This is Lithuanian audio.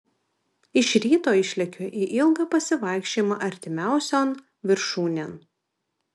iš ryto išlekiu į ilgą pasivaikščiojimą artimiausion viršūnėn